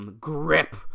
grip